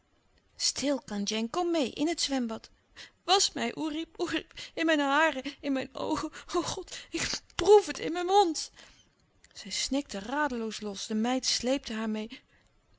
stil kandjeng kom meê in het zwembad wasch mij oerip oerip in mijn haren in mijn oogen o god ik proèf het in mijn mond zij snikte radeloos los de meid sleepte haar meê